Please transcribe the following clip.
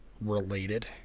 related